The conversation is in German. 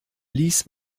lies